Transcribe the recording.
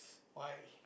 why